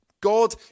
God